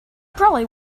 probably